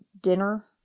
dinner